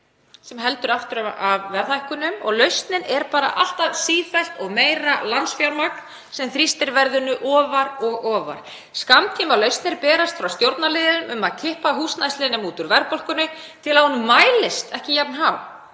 sem heldur aftur af verðhækkunum. Lausnin er bara sífellt meira lánsfjármagn, sem þrýstir verðinu ofar og ofar. Skammtímalausnir berast frá stjórnarliðum um að kippa húsnæðisliðnum út úr verðbólgunni til að hún mælist ekki jafn há,